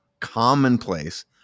commonplace